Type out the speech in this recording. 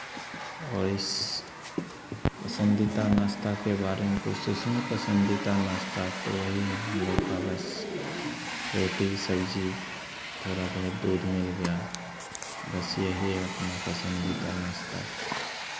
और इस पसंदीदा नाश्ता के बारे में पुछ इसमें पसंदीदा नाश्ता तो वही है हम लोग का बस रोटी सब्ज़ी थोड़ा बहुत दूध मिल गया बस यही है अपना पसंदीदा नाश्ता